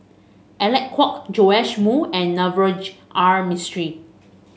Alec Kuok Joash Moo and Navroji R Mistri